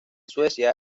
suecia